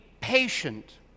patient